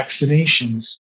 vaccinations